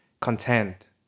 content